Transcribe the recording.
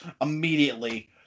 immediately